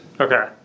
Okay